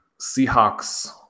Seahawks